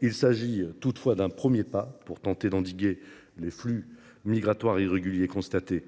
Il s’agit toutefois d’un premier pas pour tenter d’endiguer les flux migratoires irréguliers constatés